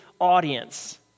audience